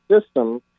system